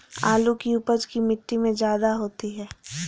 आलु की उपज की मिट्टी में जायदा होती है?